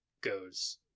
goes